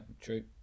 true